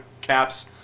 Caps